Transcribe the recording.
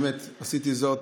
באמת עשיתי זאת